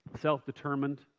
Self-determined